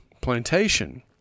Plantation